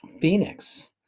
phoenix